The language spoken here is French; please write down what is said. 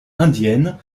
indienne